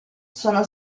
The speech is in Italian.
sono